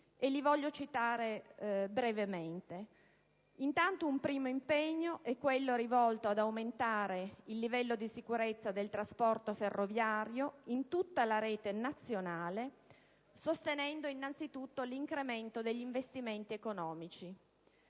che voglio citare brevemente. Il primo impegno è quello rivolto ad aumentare il livello di sicurezza del trasporto ferroviario in tutta la rete nazionale, sostenendo innanzi tutto l'incremento degli investimenti economici.